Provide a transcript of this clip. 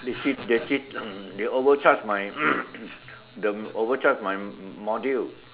they sit they sit they overcharge my the they overcharge my module